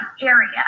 area